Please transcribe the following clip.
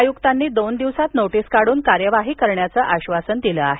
आयुक्तांनी दोन दिवसात नोटीस काढून कार्यवाही करण्याचं आश्वासन दिलं आहे